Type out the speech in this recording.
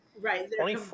Right